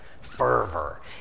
fervor